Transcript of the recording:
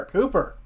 Cooper